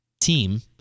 team